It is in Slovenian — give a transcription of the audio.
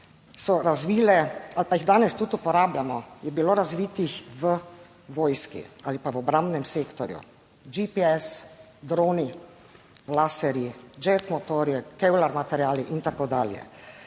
so razvile ali pa jih danes tudi uporabljamo, je bilo razvitih v vojski ali pa v obrambnem sektorju, GPS droni, laserji, Jack motorji, kevlar materiali in tako dalje.